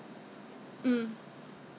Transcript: apply toner the toner that means use a